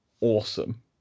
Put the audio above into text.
awesome